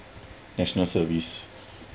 national service